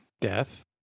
Death